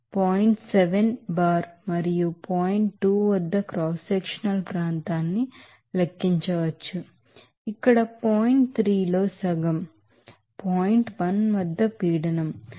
7 bar మీరు point 2 వద్ద cross sectional ప్రాంతాన్ని లెక్కించవచ్చు ఇక్కడ పాయింట్ 3లో సగం పాయింట్ 1 వద్ద ప్రెషర్ 1